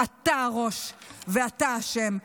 אתה הראש ואתה אשם.